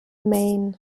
maine